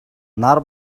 нар